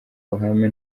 ruhame